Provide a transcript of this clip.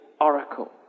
oracle